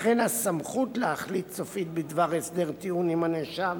לכן הסמכות להחליט סופית בדבר הסדר טיעון עם הנאשם